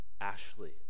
Ashley